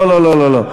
לא, לא, לא.